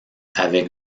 avec